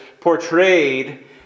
portrayed